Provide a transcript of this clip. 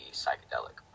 psychedelic